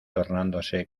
tornándose